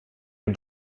heb